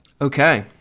okay